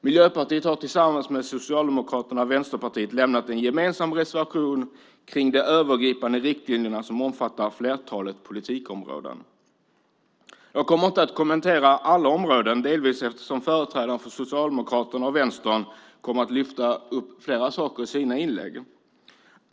Miljöpartiet har tillsammans med Socialdemokraterna och Vänsterpartiet lämnat en gemensam reservation om de övergripande riktlinjerna som omfattar flertalet politikområden. Jag kommer inte att kommentera alla områden, delvis eftersom företrädarna för Socialdemokraterna och Vänstern kommer att lyfta upp flera saker i sina inlägg.